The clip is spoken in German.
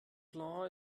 blanc